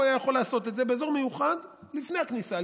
היה יכול לעשות את זה באזור מיוחד לפני הכניסה,